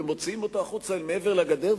ומוציאים אותו החוצה אל מעבר לגדר,